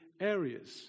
areas